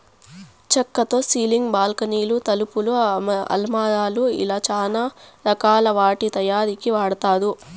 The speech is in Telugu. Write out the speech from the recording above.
చక్కతో సీలింగ్, బాల్కానీలు, తలుపులు, అలమారాలు ఇలా చానా రకాల వాటి తయారీకి వాడతారు